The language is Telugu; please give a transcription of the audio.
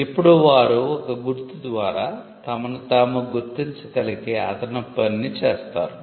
ఇప్పుడు వారు ఒక గుర్తు ద్వారా తమను తాము గుర్తించగలిగే అదనపు పనిని చేస్తారు